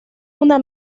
una